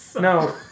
No